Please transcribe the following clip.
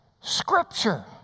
scripture